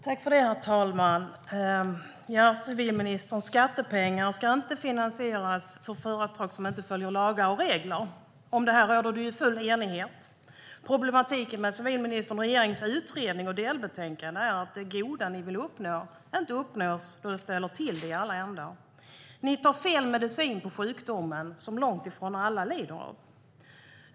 Herr talman! Civilministern säger att skattepengar inte ska finansiera företag som inte följer lagar och regler. Om detta råder det full enighet. Problematiken med civilministerns och regeringens utredning och delbetänkande är att det goda ni vill uppnå inte uppnås, för det ställer till det i alla ändar. Ni använder fel medicin för sjukdomen som långt ifrån alla lider av.